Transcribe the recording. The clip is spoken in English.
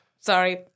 Sorry